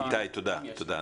איתי תודה, תודה.